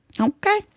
Okay